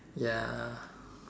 ya